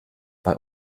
bei